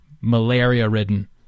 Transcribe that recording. malaria-ridden